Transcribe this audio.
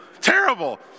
Terrible